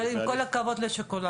אבל עם כל הכבוד לשוקולדים,